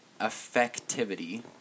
effectivity